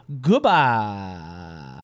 Goodbye